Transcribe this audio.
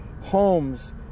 homes